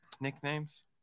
Nicknames